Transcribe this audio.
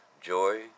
Joy